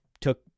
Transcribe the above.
took